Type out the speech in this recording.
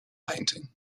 painting